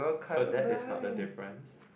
so that is not the difference